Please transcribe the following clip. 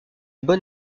bon